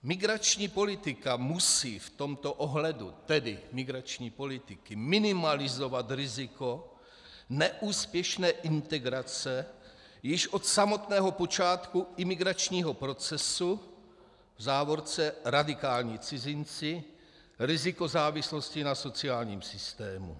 Migrační politika musí v tomto ohledu, tedy migrační politiky, minimalizovat riziko neúspěšné integrace již od samotného počátku imigračního procesu /radikální cizinci, riziko závislosti na sociálním systému/.